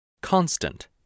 Constant